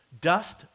Dust